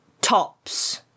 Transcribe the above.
tops